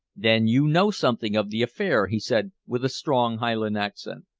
then you know something of the affair? he said, with a strong highland accent.